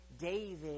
David